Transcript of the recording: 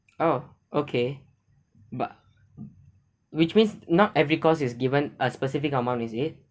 oh okay but which means not every course is given a specific amount is it